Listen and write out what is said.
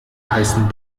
heißen